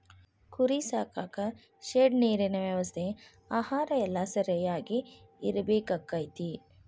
ಕುರಿ ಸಾಕಾಕ ಶೆಡ್ ನೇರಿನ ವ್ಯವಸ್ಥೆ ಆಹಾರಾ ಎಲ್ಲಾ ಸರಿಯಾಗಿ ಇರಬೇಕಕ್ಕತಿ